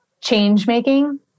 change-making